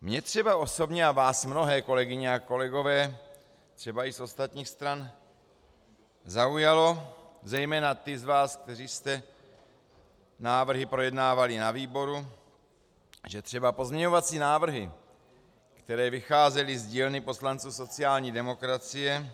Mě třeba osobně a vás mnohé, kolegyně a kolegové třeba i z ostatních stran, zaujalo, zejména ty z vás, kteří jste návrhy projednávali na výboru, že pozměňovací návrhy, které vycházely z dílny poslance sociální demokracie